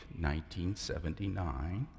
1979